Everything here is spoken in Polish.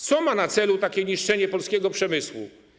Co ma na celu takie niszczenie polskiego przemysłu?